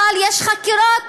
אבל יש חקירות,